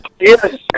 Yes